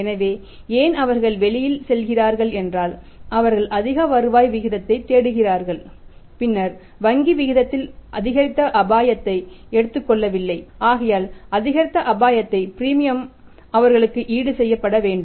எனவே ஏன் அவர்கள் வெளியே செல்கிறார்கள் என்றால் அவர்கள் அதிக வருவாய் விகிதத்தைத் தேடுகிறார்கள் பின்னர் வங்கி விகிதத்தில் அதிகரித்த அபாயத்தை எடுத்துக் கொள்ளவில்லை ஆகையால் அதிகரித்த அபாயத்தை பிரீமியம் அவர்களுக்கு ஈடுசெய்யப்பட வேண்டும்